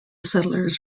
settlers